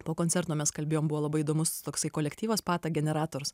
po koncerto mes kalbėjom buvo labai įdomus toksai kolektyvas pata generators